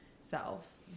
self